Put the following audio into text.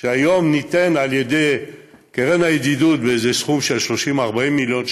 שהיום ניתן על ידי קרן הידידות בסכום של 30 40 מיליון שקל,